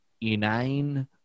inane